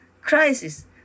crisis